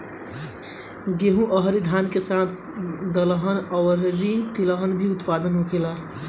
गेहूं अउरी धान के साथ साथ दहलन अउरी तिलहन के भी उत्पादन होखेला